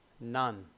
none